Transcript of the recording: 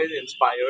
inspired